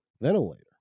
ventilator